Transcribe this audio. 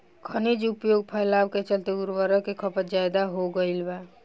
खनिज उपयोग फैलाव के चलते उर्वरक के खपत ज्यादा हो गईल बा